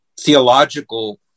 theological